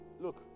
Look